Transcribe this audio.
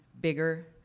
bigger